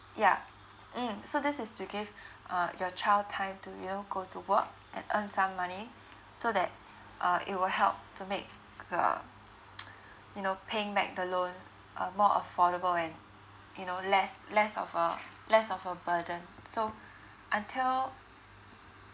yeah mmhmm so this is to give uh your child time to you know go to work and earn some money so that uh it will help to make uh you know paying back the loan um more affordable and you know less less of a less of a burden so until